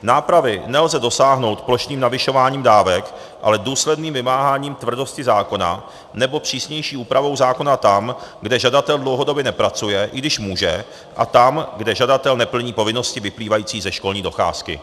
Nápravy nelze dosáhnout plošným navyšováním dávek, ale důsledným vymáháním tvrdosti zákona nebo přísnější úpravou zákona tam, kde žadatel dlouhodobě nepracuje, i když může, a tam, kde žadatel neplní povinnosti vyplývající ze školní docházky.